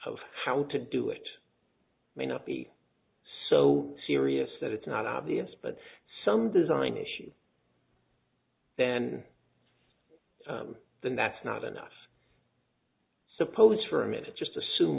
of how to do it may not be so serious that it's not obvious but some design issue then than that's not enough suppose for a minute just assume